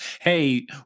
hey